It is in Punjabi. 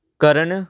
ਕਰਨ